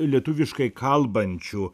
lietuviškai kalbančių